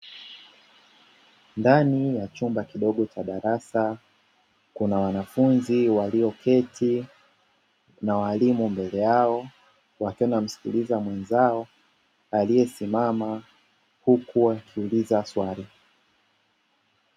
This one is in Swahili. Ndani ya chumba kidogo cha darasa, kuna wanafunzi walioketi na walimu mbele yao, wakiwa wanamsikiliza mwenzao aliyesimama huku akiuliza swali.